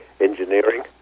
engineering